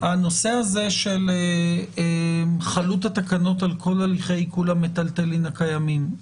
הנושא הזה של חלות התקנות על כל הליכי עיקול המיטלטלין הקיימים,